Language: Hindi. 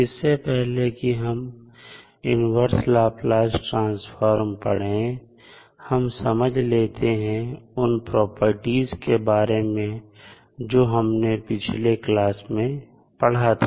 इससे पहले कि हम इन्वर्स लाप्लास ट्रांसफॉर्म पढ़ें हम समझ लेते हैं उन प्रॉपर्टीज के बारे में जो हमने पिछले क्लास में पढ़ा था